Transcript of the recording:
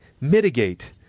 mitigate